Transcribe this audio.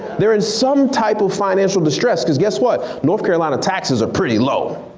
there in some type of financial distress, cause guess what? north carolina taxes are pretty low.